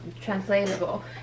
translatable